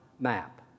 map